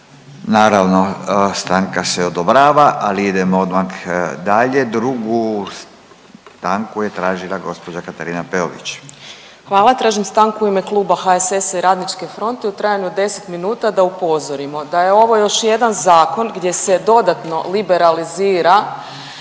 Naravno stanka se odobrava, ali idemo odmah dalje, drugu stanku je tražila gospođa Katarina Peović. **Peović, Katarina (RF)** Hvala. Tražim stanku u ime Kluba HSS-a i Radničke fronte u trajanju od 10 minuta da upozorimo da je ovo još jedan zakon gdje se dodatno liberalizira